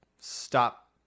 stop